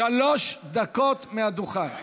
שלוש דקות מהדוכן.